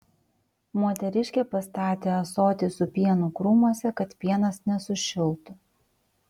moteriškė pastatė ąsotį su pienu krūmuose kad pienas nesušiltų